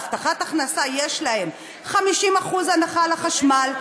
בהבטחת הכנסה יש להם: 50% הנחה על החשמל,